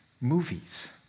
movies